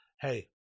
hey